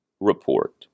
Report